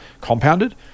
compounded